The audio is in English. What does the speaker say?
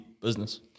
Business